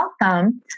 welcome